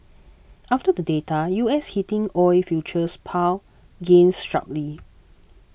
after the data U S heating oil futures pared gains sharply